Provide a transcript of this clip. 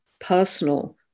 personal